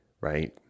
right